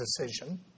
decision